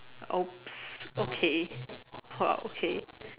!oops! okay !wah! okay